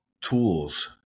tools